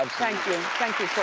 um thank you. thank you corey.